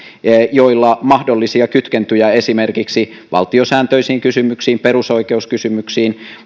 joilla saattaa olla mahdollisia kytkentöjä esimerkiksi valtiosääntöisiin kysymyksiin tai perusoikeuskysymyksiin